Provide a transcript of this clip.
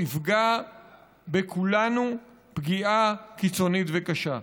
יפגע בכולנו פגיעה קיצונית וקשה.